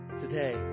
Today